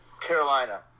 Carolina